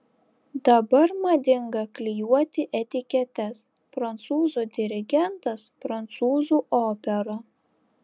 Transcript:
dabar madinga klijuoti etiketes prancūzų dirigentas prancūzų opera